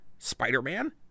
Spider-Man